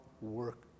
work